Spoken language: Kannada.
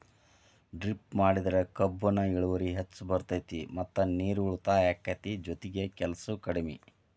ಡ್ರಿಪ್ ಮಾಡಿದ್ರ ಕಬ್ಬುನ ಇಳುವರಿ ಹೆಚ್ಚ ಬರ್ತೈತಿ ಮತ್ತ ನೇರು ಉಳಿತಾಯ ಅಕೈತಿ ಜೊತಿಗೆ ಕೆಲ್ಸು ಕಡ್ಮಿ